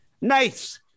Nice